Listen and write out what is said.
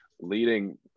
leading